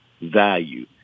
value